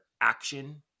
action